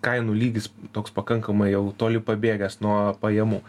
kainų lygis toks pakankamai jau toli pabėgęs nuo pajamų